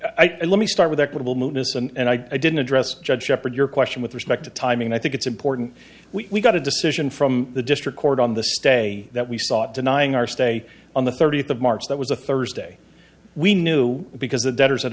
i let me start with equitable munis and i didn't address judge sheppard your question with respect to timing i think it's important we got a decision from the district court on the stay that we sought denying our stay on the thirtieth of march that was a thursday we knew because the debtors